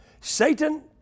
Satan